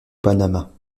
panama